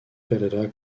ferreira